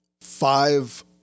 five